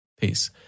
peace